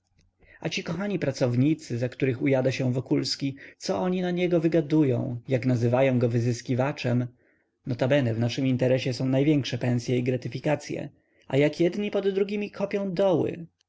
a ci kochani pracownicy za których ujada się wokulski co oni na niego wygadują jak nazywają go wyzyskiwaczem nb w naszym interesie są największe pensye i gratyfikacye a jak jedni pod drugimi kopią doły